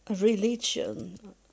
religion